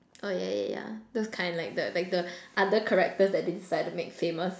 oh yeah yeah yeah those kind like the like the other characters that they decide to make famous